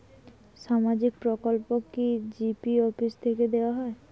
সামাজিক প্রকল্প কি জি.পি অফিস থেকে দেওয়া হয়?